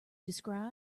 described